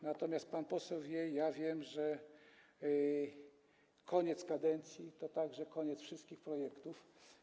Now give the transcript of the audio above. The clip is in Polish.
Natomiast pan poseł i ja wiemy, że koniec kadencji to także koniec wszystkich projektów.